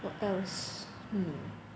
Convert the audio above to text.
what else hmm